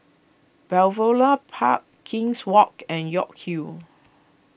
Balmoral Park King's Walk and York Hill